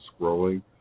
scrolling